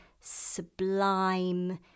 sublime